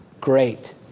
great